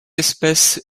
espèce